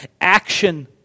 action